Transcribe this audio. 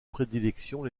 prédilection